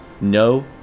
No